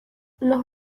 los